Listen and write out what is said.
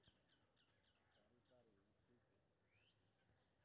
कम नमी मैं कपास के खेती कोना हुऐ?